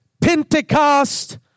Pentecost